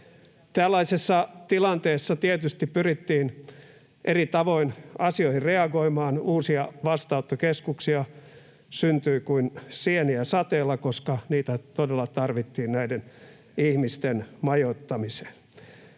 Tällaisessa tilanteessa tietysti pyrittiin eri tavoin asioihin reagoimaan, uusia vastaanottokeskuksia syntyi kuin sieniä sateella, koska niitä todella tarvittiin näiden ihmisten majoittamiseen,